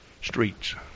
streets